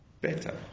better